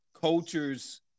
culture's